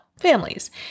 families